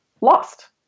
lost